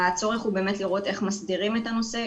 הצורך הוא באמת לראות איך מסדירים את הנושא,